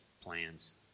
plans